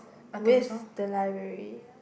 with the library